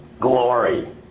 glory